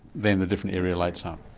then the different area lights um